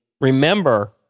remember